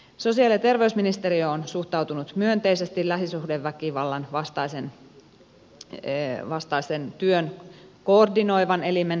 sosiaali ja terveysministeriö on suhtautunut myönteisesti lähisuhdeväkivallan vastaisen työn koordinoivan elimen perustamiseen